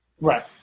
Right